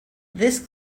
this